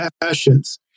passions